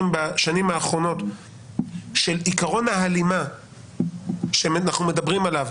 בשנים האחרונות של עיקרון ההלימה שאנחנו מדברים עליו.